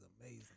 amazing